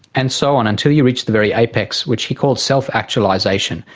and so on, until you reach the very apex which he called self-actualisation.